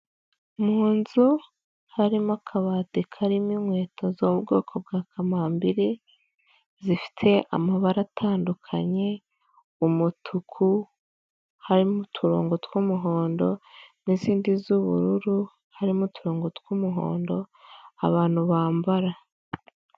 Mu nzu harimo akabati karimo inkweto zo mu bwoko bwa kamambiri zifite amabara atandukanye umutuku, harimo uturongo tw'umuhondo n'izindi z'ubururu, harimo uturongo tw'umuhondo abantu bambara.